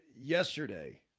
yesterday